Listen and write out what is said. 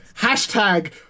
hashtag